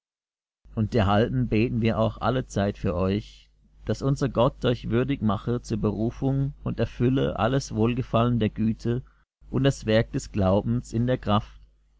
und derhalben beten wir auch allezeit für euch daß unser gott euch würdig mache zur berufung und erfülle alles wohlgefallen der güte und das werk des glaubens in der kraft